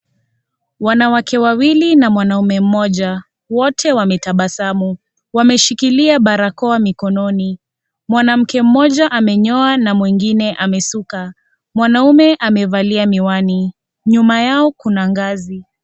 Wanawake wawili na mwanaume mmoja, wote wametabasamu, wameshikilia barakoa mikononi, mwanamke mmoja amenyoa na mwingine amesuka, mwanaume amevalia miwani, nyuma yao kuna ngazi.